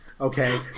Okay